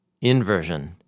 inversion